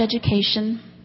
education